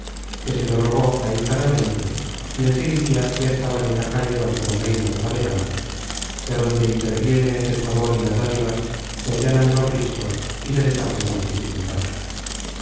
que se lo rogó ahincadamente y en seis dias ya estaban en la calle bartolomé y la talaverana que adonde interviene el favor y las dádivas se allanan los riscos y se deshacen las dificultades